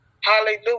hallelujah